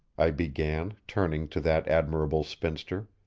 i began, turning to that admirable spinster,